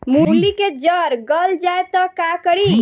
मूली के जर गल जाए त का करी?